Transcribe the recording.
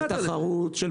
של תחרות.